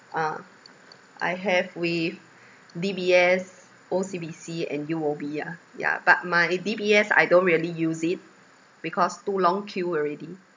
ah I have with D_B_S O_C_B_C and U_O_B ah yeah but my D_B_S I don't really use it because too long queue already